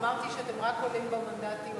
אמרתי שאתם רק עולים במנדטים,